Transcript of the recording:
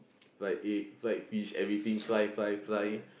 fried egg fried fish everything fry fry fry